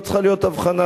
לא צריכה להיות הבחנה.